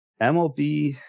mlb